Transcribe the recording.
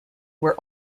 were